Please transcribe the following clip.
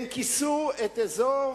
הם כיסו את אזור